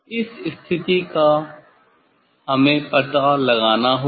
इस स्थिति को हमें पहले पता लगाना होगा